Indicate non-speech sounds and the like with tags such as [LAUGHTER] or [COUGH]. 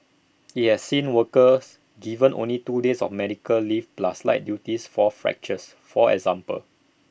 [NOISE] he has seen workers given only two days of medical leave plus light duties for fractures for example